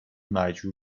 مجبور